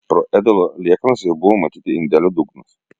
pro ėdalo liekanas jau buvo matyti indelio dugnas